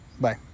Bye